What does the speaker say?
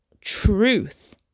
truth